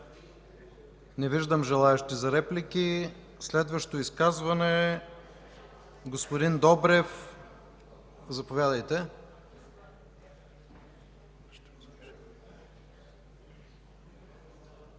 Не виждам желаещи за реплики. Следващо изказване? Господин Добрев, заповядайте.